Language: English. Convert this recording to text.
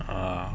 uh